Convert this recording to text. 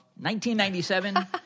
1997